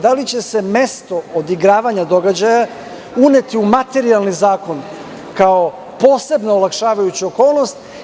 Da li će se mesto odigravanja događaja uneti u materijalni zakon kao posebna olakšavajuća okolnost?